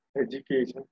education